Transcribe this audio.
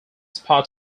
spa